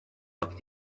auf